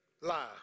lie